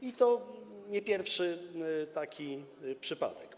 I to nie pierwszy taki przypadek.